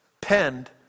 penned